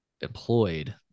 employed